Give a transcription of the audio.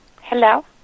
Hello